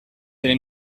allez